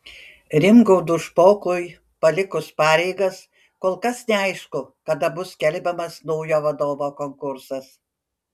rimgaudui špokui palikus pareigas kol kas neaišku kada bus skelbiamas naujo vadovo konkursas